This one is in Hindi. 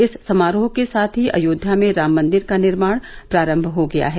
इस समारोह के साथ ही अयोव्या में राम मंदिर का निर्माण प्रारंभ हो गया है